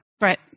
right